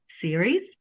series